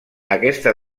aquesta